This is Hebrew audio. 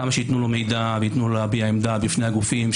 כמה שייתנו לו מידע וייתנו לו להביע עמדה בפני הגופים,